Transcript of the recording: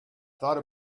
thought